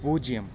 பூஜ்ஜியம்